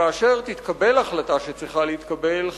שכאשר תתקבל ההחלטה שצריכה להתקבל,